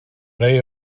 rai